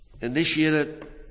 initiated